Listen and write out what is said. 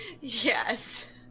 Yes